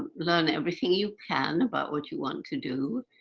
learn everything you can about what you want to do,